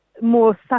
more